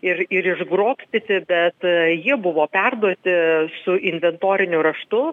ir ir išgrobstyti bet jie buvo perduoti su inventoriniu raštu